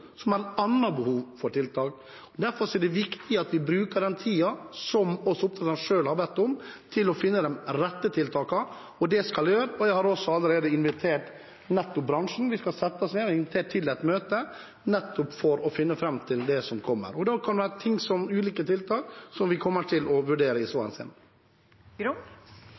tiltak. Derfor er det viktig at vi bruker denne tiden – som også oppdretterne selv har bedt om – til å finne de rette tiltakene. Det skal jeg gjøre. Jeg har allerede invitert bransjen til et møte. Vi skal sette oss ned, nettopp for å finne fram til det som skal komme. Det kan være ulike tiltak som vi kommer til å vurdere i